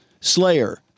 Slayer